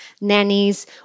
nannies